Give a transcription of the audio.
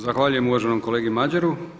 Zahvaljujem uvaženom kolegi Madjeru.